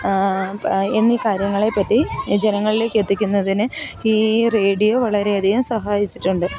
എന്നീ കാര്യങ്ങളെപ്പറ്റി ജനങ്ങളിലേക്കെത്തിക്കുന്നതിന് ഈ റേഡിയോ വളരെയധികം സഹായിച്ചിട്ടുണ്ട്